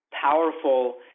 powerful